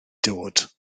dod